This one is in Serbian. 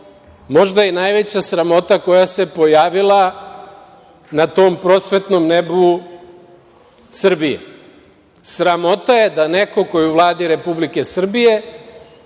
možda i najveća sramota koja se pojavila na tom prosvetnom nebu Srbije. Sramota je da neko ko je u Vladi Republike Srbije